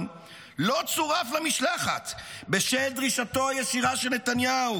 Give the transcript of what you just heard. לא צורף למשלחת בשל דרישתו הישירה של נתניהו.